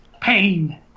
pain